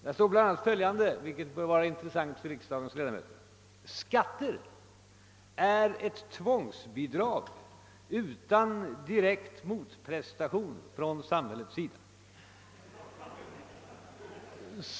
Där står bl.a. följande, vilket bör vara intressant för riksdagens ledamöter att ta del av: »Skatter är ett tvångsbidrag utan direkt motprestation från samhällets sida.